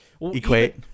equate